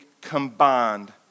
combined